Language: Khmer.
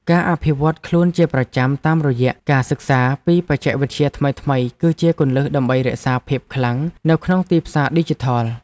ការអភិវឌ្ឍខ្លួនជាប្រចាំតាមរយៈការសិក្សាពីបច្ចេកវិទ្យាថ្មីៗគឺជាគន្លឹះដើម្បីរក្សាភាពខ្លាំងនៅក្នុងទីផ្សារឌីជីថល។